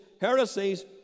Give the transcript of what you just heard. heresies